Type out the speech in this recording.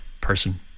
person